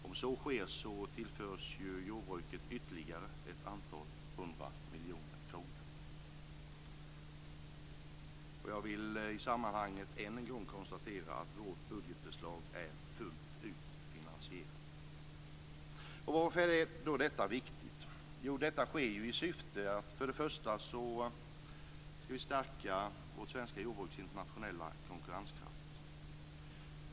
Om så sker tillförs jordbruket ytterligare ett antal hundra miljoner kronor. Jag vill i sammanhanget än en gång konstatera att vårt budgetförslag är fullt ut finansierat. Varför är då detta viktigt? Det sker för det första i syfte att stärka vårt jordbruks internationella konkurrenskraft.